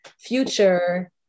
future